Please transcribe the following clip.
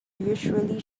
usually